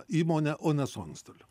įmone o ne su antstoliu